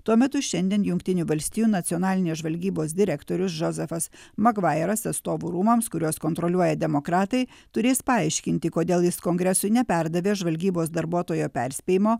tuo metu šiandien jungtinių valstijų nacionalinės žvalgybos direktorius džozefas magvairas atstovų rūmams kuriuos kontroliuoja demokratai turės paaiškinti kodėl jis kongresui neperdavė žvalgybos darbuotojo perspėjimo